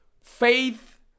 faith